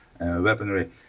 weaponry